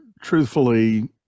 truthfully